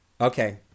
Okay